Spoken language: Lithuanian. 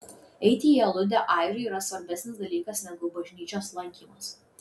eiti į aludę airiui yra svarbesnis dalykas negu bažnyčios lankymas